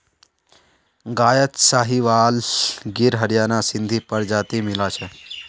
गायत साहीवाल गिर हरियाणा सिंधी प्रजाति मिला छ